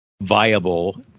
Viable